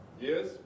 Yes